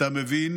אתה מבין